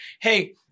hey